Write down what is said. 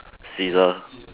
scissors